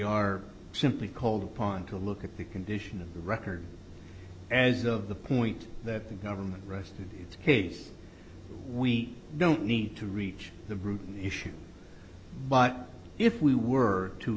are simply called upon to look at the condition of the record as of the point that the government rested its case we don't need to reach the bruton issue but if we were to